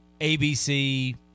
ABC